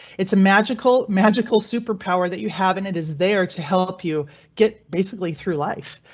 it's a magical magical superpower that you have in it is there to help you get basically through life.